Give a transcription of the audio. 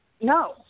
No